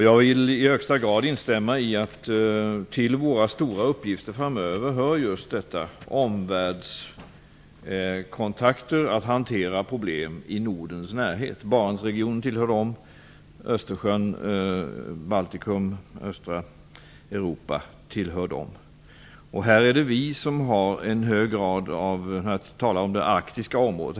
Jag vill i högsta grad instämma i att en av våra stora uppgifter framöver är just omvärldskontakter, att hantera problem i Nordens närhet. Barentsregionen, Östersjön, Baltikum och östra Europa tillhör dem, för att inte tala om det arktiska området.